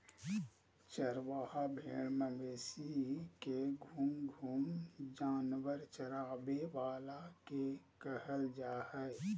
चरवाहा भेड़ मवेशी के घूम घूम जानवर चराबे वाला के कहल जा हइ